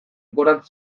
gorantz